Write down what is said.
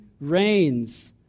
reigns